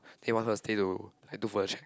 they want her to stay to and do further check